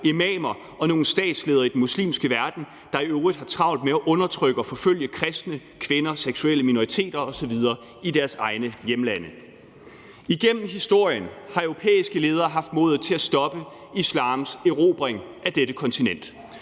imamer og nogle statsledere i den muslimske verden, der i øvrigt har travlt med at undertrykke og forfølge kristne, kvinder, seksuelle minoriteter osv. i deres egne hjemlande. Igennem historien har europæiske ledere haft modet til at stoppe islams erobring af dette kontinent,